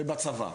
ובצבא.